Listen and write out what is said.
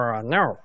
no